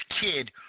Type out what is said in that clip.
kid